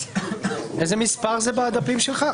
איזה מס' זה בדפים שלך?